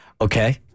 Okay